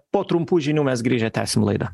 po trumpų žinių mes grįžę tęsim laidą